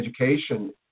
education